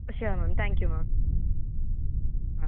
sure ma'am thank you ma'am ah